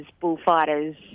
bullfighters